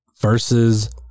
versus